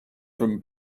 from